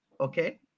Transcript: okay